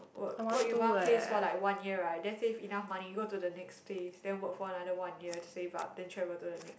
work work in one place for like one year right then save enough money go to the next place then work for another one year to save up then travel to the next